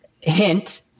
Hint